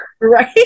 right